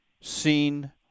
seen